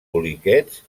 poliquets